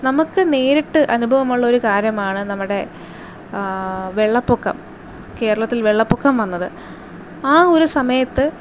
നമുക്ക് നേരിട്ട് അനുഭവമുള്ള ഒരു കാര്യമാണ് നമ്മുടെ വെള്ളപ്പൊക്കം കേരളത്തിൽ വെള്ളപ്പൊക്കം വന്നത് ആ ഒര് സമയത്ത്